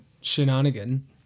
shenanigan